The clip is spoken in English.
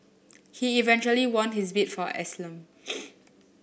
he eventually won his bid for asylum